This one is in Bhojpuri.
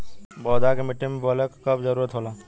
पौधा के मिट्टी में बोवले क कब जरूरत होला